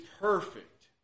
perfect